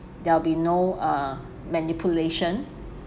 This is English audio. there'll be no uh manipulation